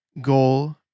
goal